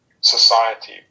society